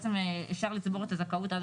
בעצם אפשר לצבור את הזכאות עד